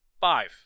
Five